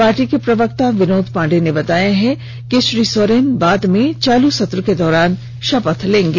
party के प्रवक्ता विनोद पांडेय ने बताया कि श्री सोरेन बाद में चालू सत्र के दौरान शपथ लेंगे